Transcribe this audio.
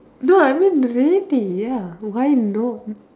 no I mean reality ya why no